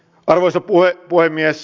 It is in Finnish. arvoisa puhemies